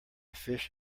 fish